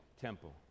temple